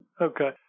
Okay